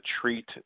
treat